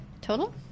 Total